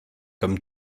comme